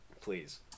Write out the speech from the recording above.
Please